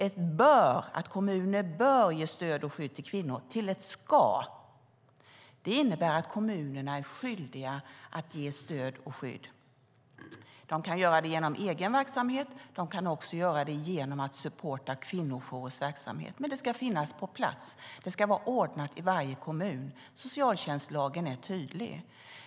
Ett "bör", att kommuner bör ge stöd och skydd till kvinnor, ändrade vi till ett "ska". Det innebär att kommunerna är skyldiga att ge stöd och skydd. De kan göra det genom egen verksamhet, och de kan göra det genom att stödja kvinnojourers verksamhet, men det ska finnas på plats. Det ska vara ordnat i varje kommun. Socialtjänstlagen är tydlig.